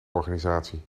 organisatie